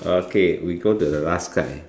okay we go to the last part